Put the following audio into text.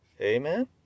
Amen